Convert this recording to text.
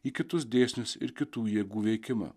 į kitus dėsnius ir kitų jėgų veikimą